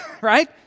right